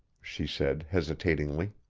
she said hesitatingly.